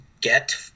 get